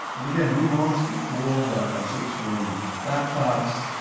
and again we launched before wi-fi chips were in laptops.